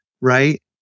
right